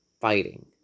fighting